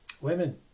Women